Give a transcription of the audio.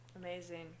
Amazing